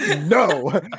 No